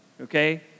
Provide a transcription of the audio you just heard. okay